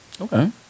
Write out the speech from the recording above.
okay